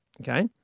Okay